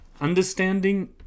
Understanding